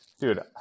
dude